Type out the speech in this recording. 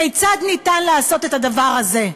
כיצד ניתן לעשות את הדבר הזה?